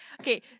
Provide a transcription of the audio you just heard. Okay